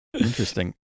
Interesting